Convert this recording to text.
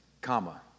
comma